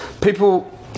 people